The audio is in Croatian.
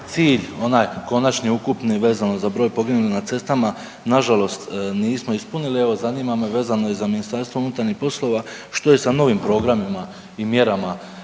cilj onaj lonačni, ukupni vezano za broj poginulih na cestama, nažalost nismo ispunili, evo zanima me vezano i za MUP, što je sa novim programima i mjerama